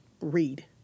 read